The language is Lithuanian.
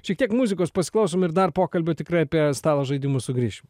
šiek tiek muzikos pasiklausom ir dar pokalbių tikrai apie stalo žaidimus sugrįšim